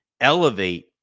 elevate